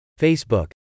Facebook